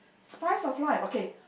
spice of life okay